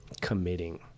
committing